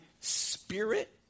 Spirit